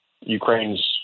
Ukraine's